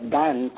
done